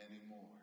anymore